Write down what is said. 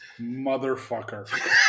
Motherfucker